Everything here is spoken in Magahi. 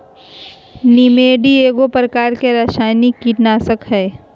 निमेंटीड एगो प्रकार के रासायनिक कीटनाशक हइ